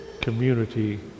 community